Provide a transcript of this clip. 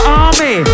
army